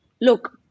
Look